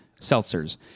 seltzers